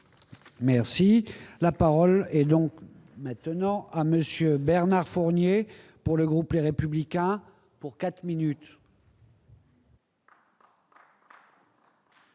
Merci, la parole est donc maintenant à Monsieur Bernard Fournier pour le groupe, les républicains pour 4 minutes.